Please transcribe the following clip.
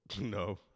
No